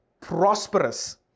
prosperous